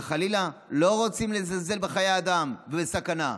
וחלילה, לא רוצים לזלזל בחיי אדם ובסכנה,